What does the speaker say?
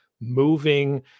moving